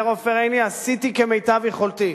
אומר עופר עיני: עשיתי כמיטב יכולתי.